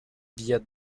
billets